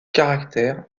caractères